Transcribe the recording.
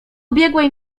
ubiegłej